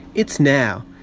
it's now.